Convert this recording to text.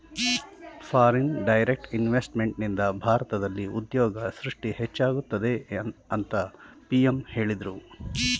foreign direct ಇನ್ವೆಸ್ತ್ಮೆಂಟ್ನಿಂದ ಭಾರತದಲ್ಲಿ ಉದ್ಯೋಗ ಸೃಷ್ಟಿ ಹೆಚ್ಚಾಗುತ್ತದೆ ಅಂತ ಪಿ.ಎಂ ಹೇಳಿದ್ರು